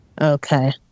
Okay